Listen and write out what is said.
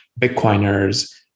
Bitcoiners